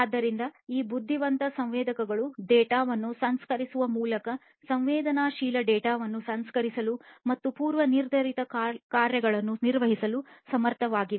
ಆದ್ದರಿಂದ ಈ ಬುದ್ಧಿವಂತ ಸಂವೇದಕಗಳು ಡೇಟಾವನ್ನು ಸಂಸ್ಕರಿಸುವ ಮೂಲಕ ಸಂವೇದನಾಶೀಲ ಡೇಟಾವನ್ನು ಸಂಸ್ಕರಿಸಲು ಮತ್ತು ಪೂರ್ವನಿರ್ಧರಿತ ಕಾರ್ಯಗಳನ್ನು ನಿರ್ವಹಿಸಲು ಸಮರ್ಥವಾಗಿವೆ